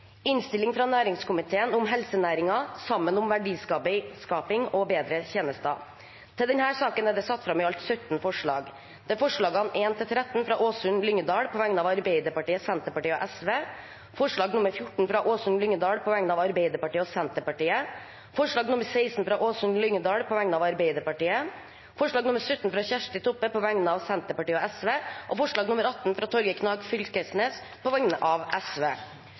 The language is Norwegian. er det satt fram i alt 17 forslag. Det er forslag nr. 1–13, fra Åsunn Lyngedal på vegne av Arbeiderpartiet, Senterpartiet og Sosialistisk Venstreparti forslag nr. 14, fra Åsunn Lyngedal på vegne av Arbeiderpartiet og Senterpartiet forslag nr. 16, fra Åsunn Lyngedal på vegne av Arbeiderpartiet forslag nr. 17, fra Kjersti Toppe på vegne av Senterpartiet og Sosialistisk Venstreparti forslag nr. 18, fra Torgeir Knag Fylkesnes på vegne av